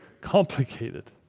complicated